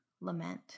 lament